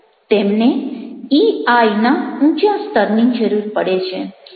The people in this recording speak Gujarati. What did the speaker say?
તેમને ઇઆઇના ઊંચા સ્તરની જરૂર પડે છે